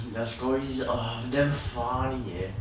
their stories ah damn funny leh